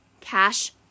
Cash